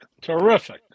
Terrific